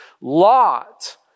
Lot